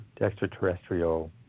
extraterrestrial